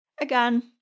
again